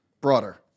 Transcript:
broader